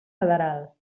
federal